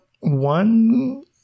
one